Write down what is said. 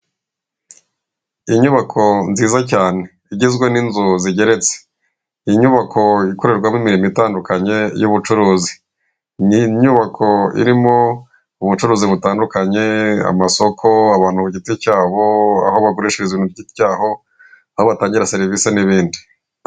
Inyubako nziza cyane igizwe n'inzu zigeretse iyi nyubako ikorerwamo imirimo itandukanye y'ubucuruzi, ni inyubako irimo ubucuruzi butandukanye, amasoko y'abantu ku giti cyabo aho bagurishirizaku giti cyabo cyaho aho batangira serivisi n'ibindi.